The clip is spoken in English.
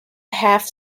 half